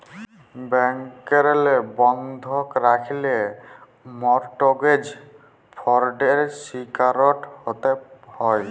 ব্যাংকেরলে বন্ধক রাখল্যে মরটগেজ ফরডের শিকারট হ্যতে হ্যয়